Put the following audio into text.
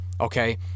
Okay